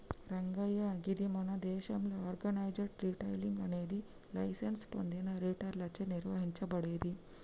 రంగయ్య గీది మన దేసంలో ఆర్గనైజ్డ్ రిటైలింగ్ అనేది లైసెన్స్ పొందిన రిటైలర్లచే నిర్వహించబడేది